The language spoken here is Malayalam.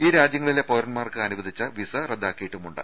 ഈ രാജൃങ്ങളിലെ പൌരൻമാർക്ക് അനുവദിച്ച വിസ റദ്ദാക്കിയിട്ടുണ്ട്